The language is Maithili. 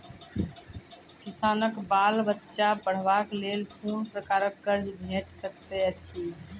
किसानक बाल बच्चाक पढ़वाक लेल कून प्रकारक कर्ज भेट सकैत अछि?